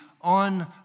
on